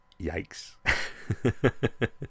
Yikes